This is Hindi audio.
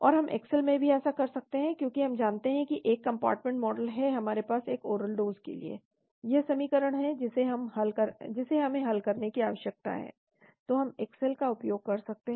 और हम एक्सेल में भी ऐसा कर सकते हैं क्योंकि हम जानते हैं कि एक कम्पार्टमेंट मॉडल है हमारे पास एक ओरल डोज़ के लिए यह समीकरण है जिसे हमें हल करने की आवश्यकता है तो हम एक्सेल का उपयोग कर सकते हैं